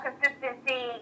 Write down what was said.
consistency